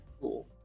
Cool